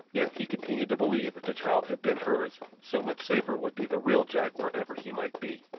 if he continued to believe that the child had been hers, so much safer would be the real jack wherever he might be.